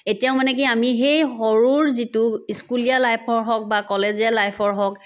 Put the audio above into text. এতিয়াও মানে কি আমি সেই সৰুৰ যিটো স্কুলীয়া লাইফৰ হওক বা কলেজীয়া লাইফৰ হওক